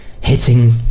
hitting